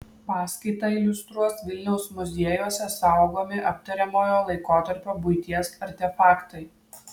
paskaitą iliustruos vilniaus muziejuose saugomi aptariamojo laikotarpio buities artefaktai